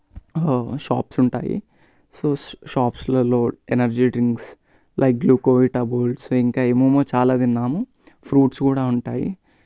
shops ఉంటాయి so షాప్స్లలో energy drinks like Glucovita bolts ఇంకా ఏమేమో చాలా తిన్నాను ఫ్రూట్స్ కూడా ఉంటాయి